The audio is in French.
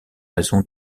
raison